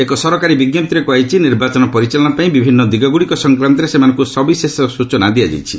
ଏକ ସରକାରୀ ବିଜ୍ଞପ୍ତିରେ କୁହାଯାଇଛି ନିର୍ବାଚନ ପରିଚାଳନା ପାଇଁ ବିଭିନ୍ନ ଦିଗଗୁଡ଼ିକ ସଂକ୍ରାନ୍ତରେ ସେମାନଙ୍କୁ ସବିଶେଷ ସୂଚନା ଦିଆଯାଇଛି